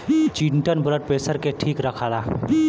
chitin blood pressure के ठीक रखला